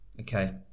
okay